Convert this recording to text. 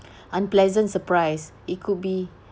unpleasant surprise it could be